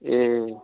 ए